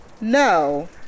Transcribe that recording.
No